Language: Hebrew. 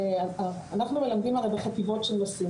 אנחנו מלמדים הרי בחטיבות של נושאים,